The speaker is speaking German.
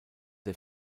der